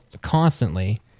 constantly